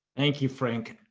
thank you, frank,